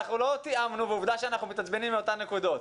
לא תיאמנו ועובדה שאנחנו מתעצבנים מאותן נקודות.